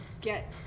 get